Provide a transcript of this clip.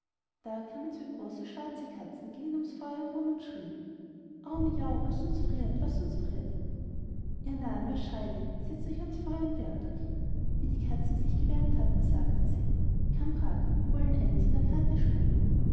da kamen zwei große schwarze katzen gingen ums feuer herum und schrien au miau was uns friert was uns friert ihr narren was schreit ihr setzt euch ans feuer und wärmt euch wie die katzen sich gewärmt hatten sagten sie cammrad wir wollen eins in der karte spielen